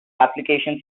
application